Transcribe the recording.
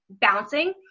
bouncing